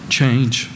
Change